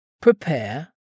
prepare